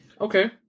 Okay